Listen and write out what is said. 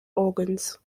organs